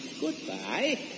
Goodbye